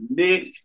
nick